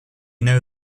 know